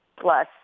plus